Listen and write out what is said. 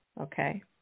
okay